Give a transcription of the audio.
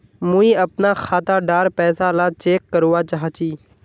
मुई अपना खाता डार पैसा ला चेक करवा चाहची?